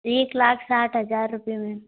एक लाख साठ हज़ार रुपए मैम